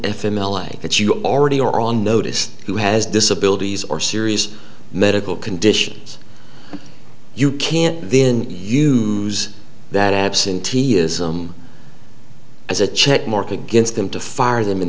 a that you already are on notice who has disability or serious medical conditions you can then use that absenteeism as a check mark against them to fire them in